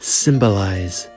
symbolize